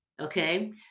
okay